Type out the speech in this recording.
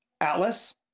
atlas